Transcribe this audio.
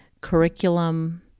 curriculum